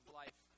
life